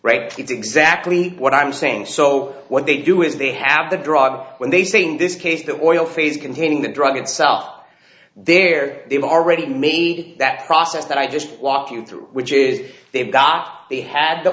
it's exactly what i'm saying so what they do is they have the drug when they saying this case the oil phase containing the drug itself there they've already made that process that i just walk you through which is they've got they had the